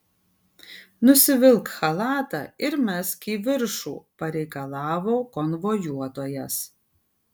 nusivilk chalatą ir mesk į viršų pareikalavo konvojuotojas